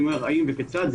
אני אומר האם וכיצד.